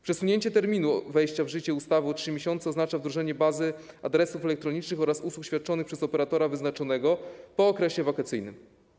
Przesunięcie terminu wejścia w życie ustawy o 3 miesiące oznacza wdrożenie bazy adresów elektronicznych oraz usług świadczonych przez operatora wyznaczonego po okresie wakacyjnym.